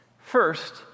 First